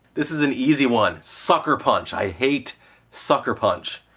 this is an easy one sucker punch! i hate sucker punch!